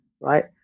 right